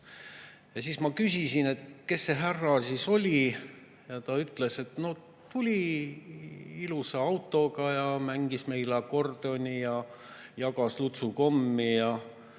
Siis ma küsisin, et kes see härra siis oli. Ta ütles, et noh, tuli ilusa autoga ja mängis meile akordioni ja jagas lutsukommi ja